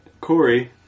Corey